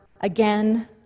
again